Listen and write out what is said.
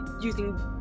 using